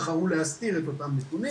בחרו להסתיר את אותם הנתונים.